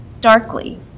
darkly